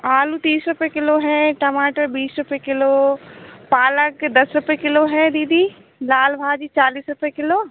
आलू तीस रुपए किलो हैं टमाटर बीस रुपए किलो पालक दस रुपए किलो है दीदी लाल भाजी चालीस रुपए किलो